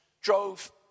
drove